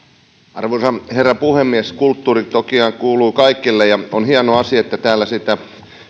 arvoisa herra puhemies kulttuurihan toki kuuluu kaikille ja on hieno asia että täällä sitä